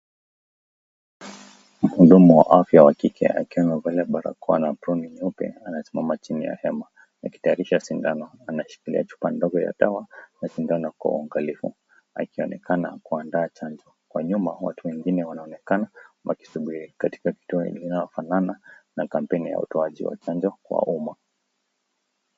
Mhudumu wa afya wa kike akiwa amevalia barakoa na aproni nyeupe anasimama chini ya hema akitayarisha sindano. Anashikilia chupa ndogo ya dawa na sindano kwa uangalifu akionekana kuandaa chanjo. Kwa nyuma watu wengine wanaonekana wakisubiri katika kutoa wengine wanafanana na kampeni ya utoaji wa chanjo kwa umma.